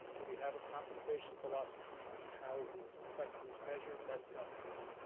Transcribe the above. do we have a compensation philosophy? and how is it's effectiveness measured, that's governance.